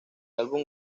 álbum